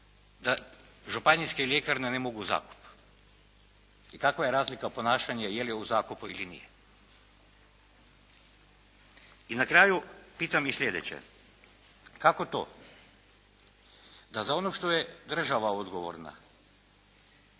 da županijske ljekarne ne mogu u zakup i kakva je razlika ponašanja je li u zakupu ili nije? I na kraju pitam i sljedeće. Kako to da za ono što je država odgovorna